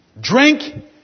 drink